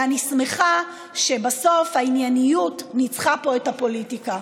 ואני שמחה שבסוף הענייניות ניצחה פה את הפוליטיקה.